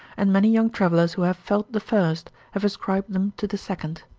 and many young travellers who have felt the first, have ascribed them to the second.